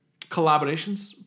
collaborations